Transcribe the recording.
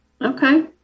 Okay